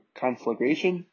conflagration